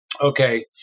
okay